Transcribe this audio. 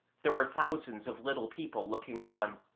there were thousands of little people looking on,